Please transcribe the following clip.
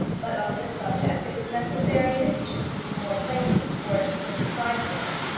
but on this subject it was necessary that he should speak more plainly before she could reply to him.